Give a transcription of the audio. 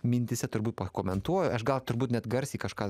mintyse turbūt pakomentuoju aš gal turbūt net garsiai kažką